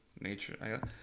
Nature